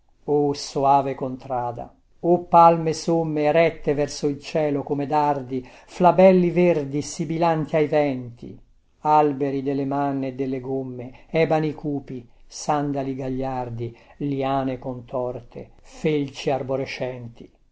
o soave contrada o palme somme erette verso il cielo come dardi flabelli verdi sibilanti ai venti alberi delle manne e delle gomme ebani cupi sandali gagliardi liane contorte felci arborescenti